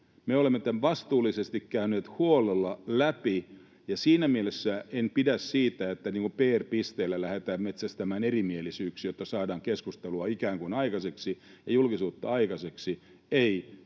Me olemme tämän vastuullisesti käyneet huolella läpi, ja siinä mielessä en pidä siitä, että PR-pisteitä lähdetään metsästämään erimielisyyksillä, jotta saadaan keskustelua ikään kuin aikaiseksi ja julkisuutta aikaiseksi.